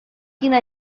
quina